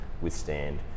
withstand